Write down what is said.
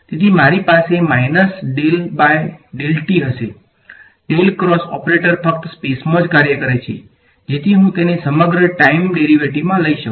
તેથી મારી પાસે minus del by del t હશે ડેલ ક્રોસ ઓપરેટર ફક્ત સ્પેસમાં જ કાર્ય કરે છે જેથી હું તેને સમગ્ર ટાઈમ ડેરિવેટિવમાં લઈ શકું